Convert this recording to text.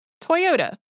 Toyota